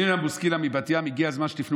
מרים בוסקילה מבת ים: הגיע הזמן שתפנו